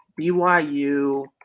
BYU